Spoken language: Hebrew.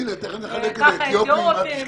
כך וכך אתיופים.